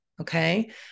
Okay